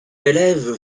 élèves